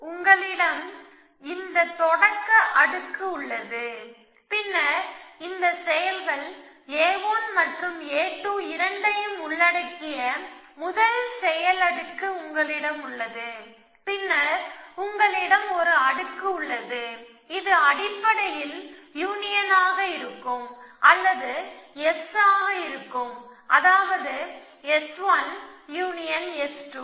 உங்களிடம் இந்த தொடக்க அடுக்கு உள்ளது பின்னர் இந்த செயல்கள் A1 மற்றும் A2 இரண்டையும் உள்ளடக்கிய முதல் செயல் அடுக்கு உங்களிடம் உள்ளது பின்னர் உங்களிடம் ஒரு அடுக்கு உள்ளது இது அடிப்படையில் யூனியன் ஆக இருக்கும் அல்லது S ஆக இருக்கும் அதாவது S1 யூனியன் S2